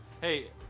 Hey